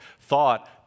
thought